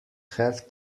have